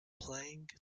playing